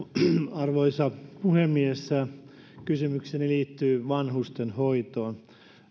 arvoisa puhemies kysymykseni liittyy vanhustenhoitoon